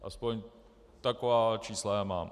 Aspoň taková čísla já mám.